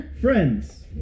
Friends